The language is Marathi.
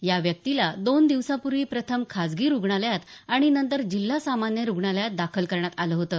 या व्यक्तीला दोन दिवसापूर्वी प्रथम खासगी रुग्णालयात आणि नंतर जिल्हा सामान्य रुग्णालयात दाखल करण्यात आलं होतं